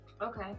Okay